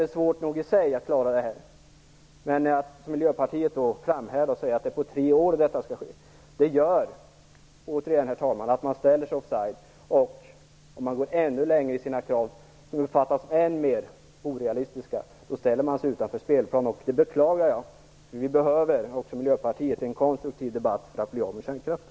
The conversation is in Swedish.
Det är svårt nog i sig att klara det här, men att som Miljöpartiet framhärda och säga att det är på tre år detta skall ske, gör, herr talman, att Miljöpartiet ställer sig offside. Om man går ännu längre i sina krav, och kraven blir än mer orealistiska, ställer man sig utanför spelplanen. Det beklagar jag, för vi behöver - också Miljöpartiet - en konstruktiv debatt för att bli av med kärnkraften.